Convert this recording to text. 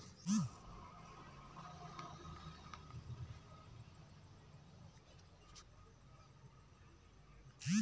खेत खाएर कर जोतई फदई ल लेके फसिल कर मिसात अउ घर कर लानत ले टेक्टर कर परियोग होथे